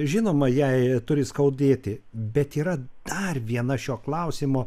žinoma jai turi skaudėti bet yra dar viena šio klausimo